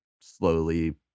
slowly